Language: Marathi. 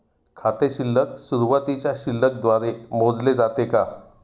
खाते शिल्लक सुरुवातीच्या शिल्लक द्वारे मोजले जाते का?